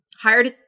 Hired